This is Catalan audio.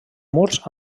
murs